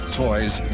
toys